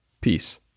Peace